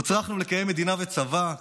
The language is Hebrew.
הוצרכנו לקיים מדינה וצבא,